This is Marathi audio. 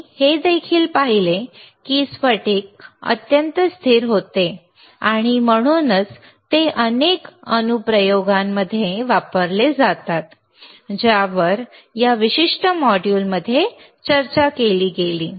आम्ही हे देखील पाहिले की हे स्फटिक अत्यंत स्थिर होते आणि म्हणूनच ते अनेक अनुप्रयोगांमध्ये वापरले जातात ज्यावर या विशिष्ट मॉड्यूलमध्ये चर्चा केली गेली